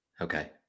Okay